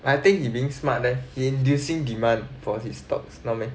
I think he being smart leh he inducing demand for his stocks not meh